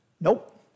nope